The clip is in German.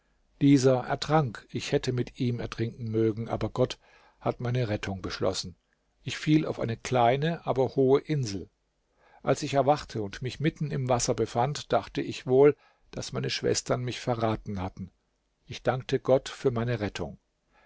dieser ertrank ich hätte mit ihm ertrinken mögen aber gott hat meine rettung beschlossen ich fiel auf eine kleine aber hohe insel als ich erwachte und mich mitten im wasser befand dachte ich wohl daß meine schwestern mich verraten hatten ich dankte gott für meine rettung